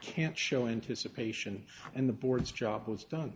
can't show anticipation and the board's job was done